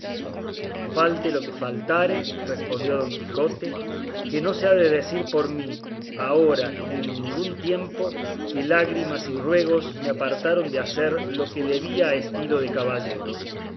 falte lo que faltare respondió don quijote que no se ha de decir por mí ahora ni en ningún tiempo que lágrimas y ruegos me apartaron de hacer lo que debía a estilo de caballero